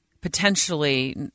potentially